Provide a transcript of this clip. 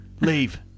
Leave